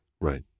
Right